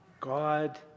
God